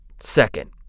Second